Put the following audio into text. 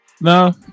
No